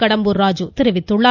கடம்பூர் ராஜு தெரிவித்துள்ளார்